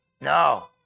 No